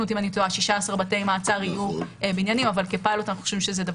אותי אם אני טועה 16 בתי מעצר יהיו בניינים אבל כפילוט זה חשוב.